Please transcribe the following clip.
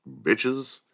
Bitches